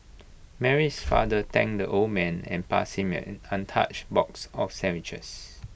Mary's father thanked the old man and passed him an untouched box of sandwiches